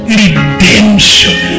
redemption